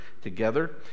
together